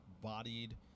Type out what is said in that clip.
bodied